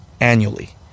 annually